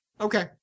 Okay